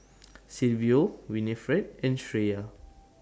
Silvio Winnifred and Shreya